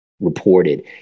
reported